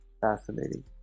fascinating